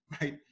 right